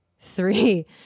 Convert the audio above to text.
three